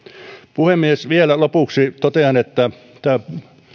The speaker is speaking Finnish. puhemies vielä lopuksi totean että tämä